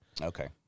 okay